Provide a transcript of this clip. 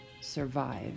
survive